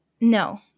No